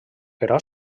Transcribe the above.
però